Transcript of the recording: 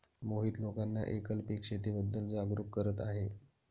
मोहित लोकांना एकल पीक शेतीबद्दल जागरूक करत आहे